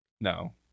No